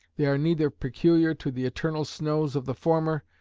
they are neither peculiar to the eternal snows of the former,